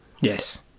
Yes